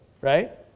right